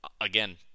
again